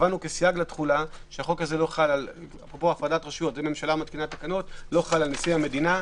שהוא לא יחול על נשיא המדינה,